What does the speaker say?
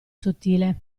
sottile